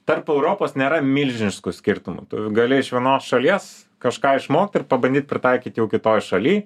tarp europos nėra milžiniškų skirtumų gali iš vienos šalies kažką išmokt ir pabandyt pritaikyt jau kitoje šaly